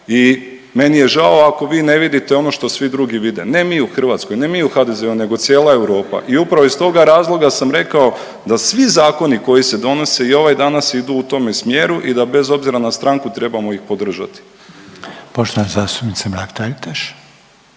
i meni je žao ako vi ne vidite ono što svi druge vide. Ne mi u Hrvatskoj, ne mi u HDZ-u nego cijela Europa, i upravo iz toga razloga sam rekao da svi zakoni koji se donose i ovaj danas idu u tome smjeru i da bez obzira na stranku trebamo ih podržati. **Reiner, Željko